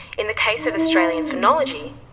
in the case of australian phenology,